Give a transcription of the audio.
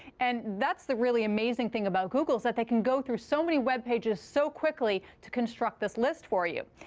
and that's the really amazing thing about google is that they can go through so many web pages so quickly to construct this list for you.